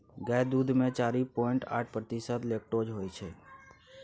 गाय दुध मे चारि पांइट आठ प्रतिशत लेक्टोज होइ छै